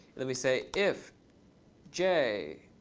then we say if j